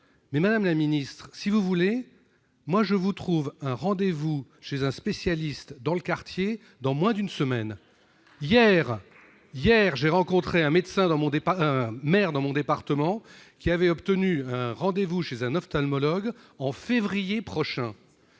Mais, madame la ministre, si vous voulez, je vous trouve un rendez-vous chez un spécialiste, dans le quartier, dans moins d'une semaine ! Hier, j'ai rencontré un maire qui, dans mon département, avait obtenu un rendez-vous chez un ophtalmologue ... en février prochain.